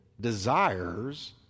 desires